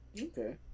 okay